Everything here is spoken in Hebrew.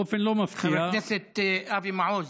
חבר הכנסת אבי מעוז,